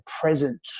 present